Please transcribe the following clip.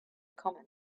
common